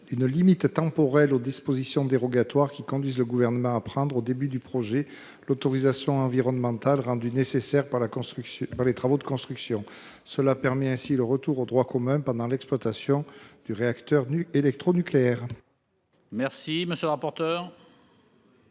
une limite temporelle aux dispositions dérogatoires qui autorisent le Gouvernement à prendre, au début du projet, l'autorisation environnementale rendue nécessaire par les travaux de construction. Cela permet ainsi le retour au droit commun pendant l'exploitation du réacteur électronucléaire. Quel est l'avis de